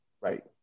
Right